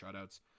shutouts